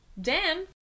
Dan